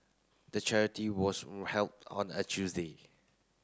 the charity was held on a Tuesday